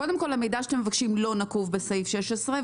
קודם כל המידע שאתם מבקשים לא נקוב בסעיף 16,